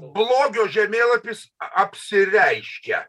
blogio žemėlapis apsireiškia